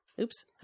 Oops